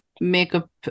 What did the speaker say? makeup